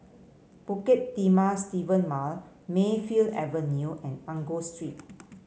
Bukit Timah Seven Mile Mayfield Avenue and Angus Street